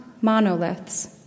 monoliths